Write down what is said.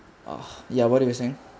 uh ya what are you saying